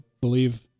believe